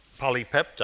polypeptide